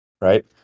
right